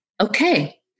Okay